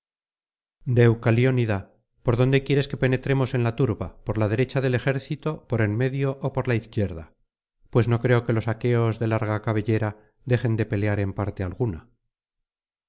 deucaliónida por dónde quieres que penetremos en la turba por la derecha del ejército por en medio ó por la izquierda pues no creo que los aqueos de larga cabellera dejen de pelear en parte alguna